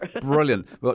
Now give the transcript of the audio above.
brilliant